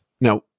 Now